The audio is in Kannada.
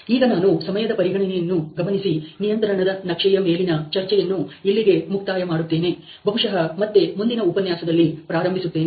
ಈಗ ನಾನು ಸಮಯದ ಪರಿಗಣನೆಯನ್ನು ಗಮನಿಸಿ ನಿಯಂತ್ರಣದ ನಕ್ಷೆಯ ಮೇಲಿನ ಚರ್ಚೆಯನ್ನು ಇಲ್ಲಿಗೆ ಮುಕ್ತಾಯ ಮಾಡುತ್ತೇನೆ ಬಹುಶಃ ಮತ್ತೆ ಮುಂದಿನ ಉಪನ್ಯಾಸದಲ್ಲಿ ಪ್ರಾರಂಭಿಸುತ್ತೇನೆ